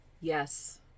Yes